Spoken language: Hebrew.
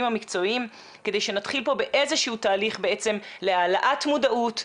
המקצועיים כדי שנתחיל פה באיזשהו תהליך בעצם להעלאת מודעות,